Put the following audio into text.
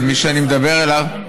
אז מי שאני מדבר אליו,